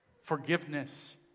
Forgiveness